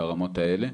ברמות האלה,